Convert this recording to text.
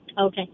Okay